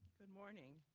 good morning.